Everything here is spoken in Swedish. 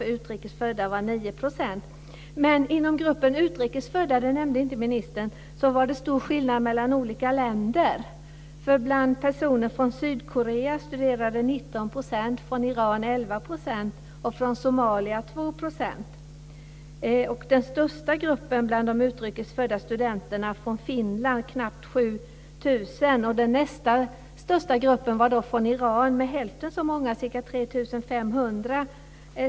Men inom gruppen utrikes födda - det nämnde inte ministern - var det stor skillnad mellan olika länder. Bland personer från Sydkorea studerade 19 %, bland personer från Iran 11 % och bland personer från Somalia 2 %. Den största gruppen bland de utrikes födda studenterna var från Finland. De var knappt 7 000. Den näst största gruppen var från Iran med hälften så många studenter, ca 3 500.